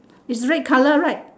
it's red colour right